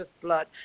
blood